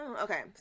Okay